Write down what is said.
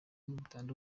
bitandukanye